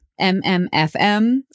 MMFM